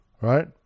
Right